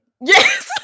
yes